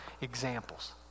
examples